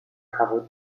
travaux